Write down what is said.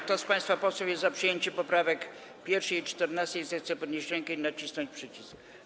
Kto z państwa posłów jest za przyjęciem poprawek 1. i 14., zechce podnieść rękę i nacisnąć przycisk.